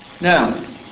Now